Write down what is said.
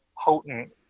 potent